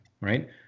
right